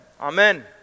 Amen